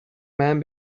man